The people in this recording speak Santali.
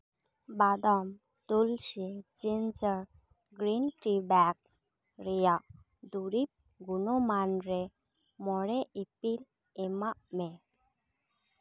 ᱵᱟᱫᱟᱢ ᱛᱩᱞᱥᱤ ᱡᱤᱱᱡᱟᱨ ᱜᱨᱤᱱ ᱴᱤ ᱵᱮᱜᱽᱥ ᱨᱮᱭᱟᱜ ᱫᱩᱨᱤᱵᱽ ᱜᱩᱱᱚᱢᱟᱱ ᱨᱮ ᱢᱚᱬᱮ ᱤᱯᱤᱞ ᱮᱢᱟᱜ ᱢᱮ